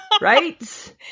Right